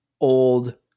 old